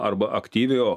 arba aktyviojo